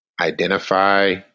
identify